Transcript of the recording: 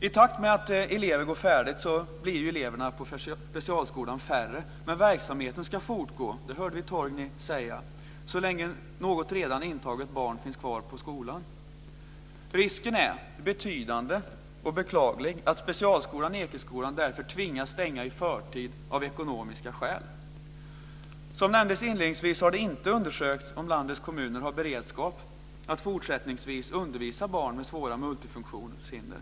I takt med att elever går färdigt blir eleverna på specialskolan färre, men verksamheten ska fortgå, som vi hörde Torgny säga, så länge som något redan intaget barn finns kvar på skolan. Risken är därför betydande och det är beklaglig att specialskolan Ekeskolan tvingas stänga i förtid av ekonomiska skäl. Som nämndes inledningsvis har det inte undersökts om landets kommuner har beredskap att fortsättningsvis undervisa barn med svåra multifunktionshinder.